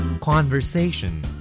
Conversation